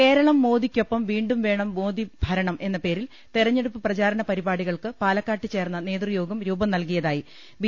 കേരളം മോദിക്കൊപ്പംവീണ്ടും വേണം മോദി ഭരണം എന്ന പേരിൽ തെരഞ്ഞെടുപ്പ് പ്രചാരണ പരിപാടികൾക്കു പാലക്കാട്ട് ചേർന്ന നേതൃ യോഗം രൂപം നൽകിയതായി ബി